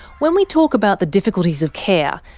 when we talk about the difficulties of care,